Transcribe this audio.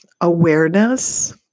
awareness